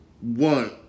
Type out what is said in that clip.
One